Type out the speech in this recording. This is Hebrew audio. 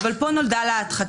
אבל פה נולדה לה הדחקה,